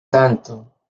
tanto